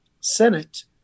Senate